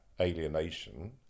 alienation